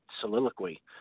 soliloquy